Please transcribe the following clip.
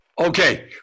Okay